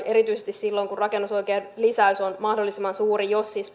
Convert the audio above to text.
erityisesti silloin kun rakennusoikeuden lisäys on mahdollisimman suuri jos siis